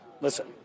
Listen